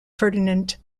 ferdinand